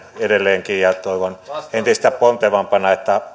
edelleenkin ja toivon entistä pontevampana että